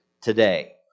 today